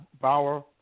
Bauer